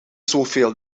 zoveel